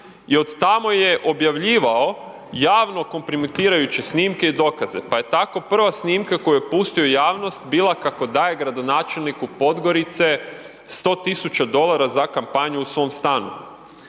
i od tamo je objavljivao javno kompromitirajuće snimke i dokaze, pa je tako prva snimka koju je pustio u javnost bila kako daje gradonačelniku Podgorice 100 tisuća dolara za kampanju u svom stanu.